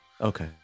Okay